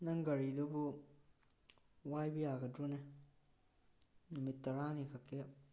ꯅꯪ ꯒꯥꯔꯤꯗꯨꯕꯨ ꯋꯥꯏꯕ ꯌꯥꯒꯗꯔꯣꯅꯦ ꯅꯨꯃꯤꯠ ꯇꯔꯥꯅꯤ ꯈꯛꯀꯤ